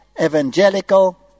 Evangelical